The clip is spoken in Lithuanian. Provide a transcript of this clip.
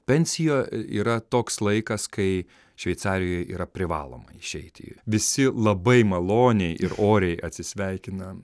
pensijo yra toks laikas kai šveicarijoj yra privaloma išeiti visi labai maloniai ir oriai atsisveikina